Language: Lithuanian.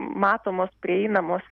matomos prieinamos